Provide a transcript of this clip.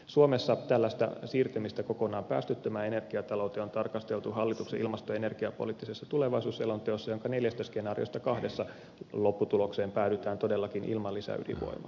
suomessa tällaista siirtymistä kokonaan päästöttömään energiatalouteen on tarkasteltu hallituksen ilmasto ja energiapoliittisessa tulevaisuusselonteossa jonka neljästä skenaariosta kahdessa lopputulokseen päädytään todellakin ilman lisäydinvoimaa